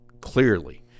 clearly